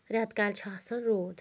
رؠتہٕ کالہِ چھِ آسان روٗد